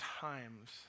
times